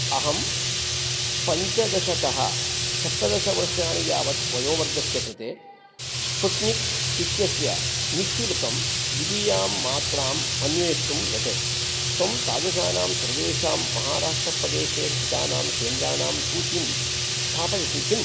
अहं पञ्चदशतः सप्तदशवर्षाणि यावत् वयोवर्गस्य कृते स्पुट्निक् इत्यस्य निःशुल्कं द्वितीयां मात्राम् अन्वेष्टुं यते त्वं तादृशाणां सर्वेषां महाराष्ट्रप्रदेशे स्थितानां केन्द्राणां सूचीं स्थापयसि किम्